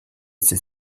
ses